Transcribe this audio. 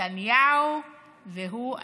נתניהו והוא עצמו.